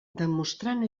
demostrant